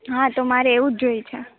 હા તો મારે એવું જ જોઈએ છે